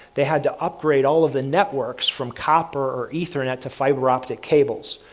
they had to upgrade all of the networks from copper or ethernet, to fiber-optic cables.